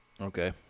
Okay